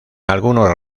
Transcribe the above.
algunos